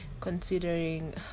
considering